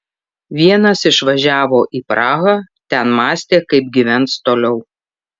vienas išvažiavo į prahą ten mąstė kaip gyvens toliau